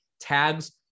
tags